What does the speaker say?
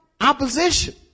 Opposition